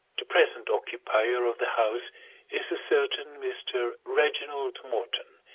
the present occupier of the house is a certain mr. reginald morton,